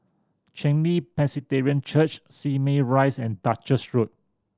Chen Li Presbyterian Church Simei Rise and Duchess Road